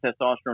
testosterone